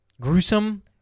gruesome